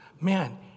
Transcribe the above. Man